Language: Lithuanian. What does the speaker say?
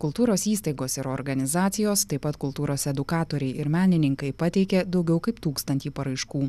kultūros įstaigos ir organizacijos taip pat kultūros edukatoriai ir menininkai pateikė daugiau kaip tūkstantį paraiškų